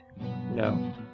No